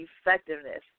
effectiveness